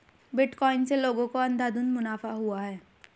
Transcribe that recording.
bitcoin से लोगों को अंधाधुन मुनाफा हुआ है